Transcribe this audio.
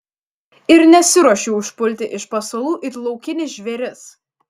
ir nesiruošiu užpulti iš pasalų it laukinis žvėris